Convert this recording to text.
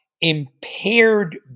Impaired